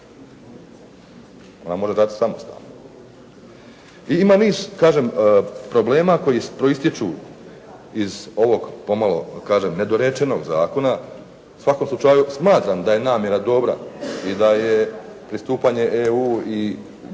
ona može raditi samostalno. I ima niz kažem problema koji proističu iz ovog pomalo, kažem nedorečenog zakona, u svakom slučaju smatram da je namjera dobra i da je pristupanje EU i